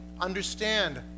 understand